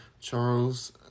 charles